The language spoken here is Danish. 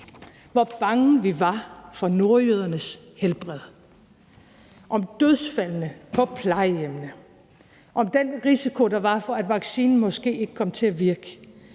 hvor bange vi var for nordjydernes helbred, om dødsfaldene på plejehjemmene og om den risiko, der var for, at vaccinen måske ikke kom til at virke.